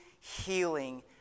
healing